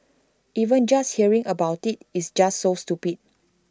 even just hearing about IT is just so stupid